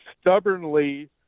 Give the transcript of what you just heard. stubbornly